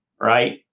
right